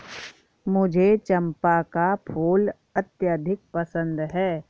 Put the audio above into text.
मुझे चंपा का फूल अत्यधिक पसंद है